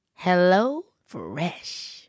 HelloFresh